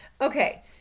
Okay